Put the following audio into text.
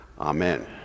Amen